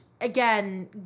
again